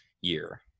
year